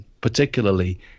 particularly